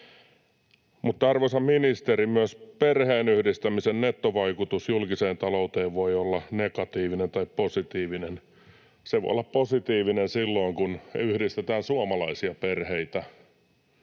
Mutta, arvoisa ministeri, myös perheenyhdistämisen nettovaikutus julkiseen talouteen voi olla negatiivinen tai positiivinen. Se voi olla positiivinen silloin, kun yhdistetään suomalaisia perheitä.